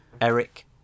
Eric